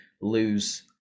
lose